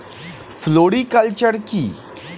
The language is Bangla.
ফ্লোরিকালচার কি?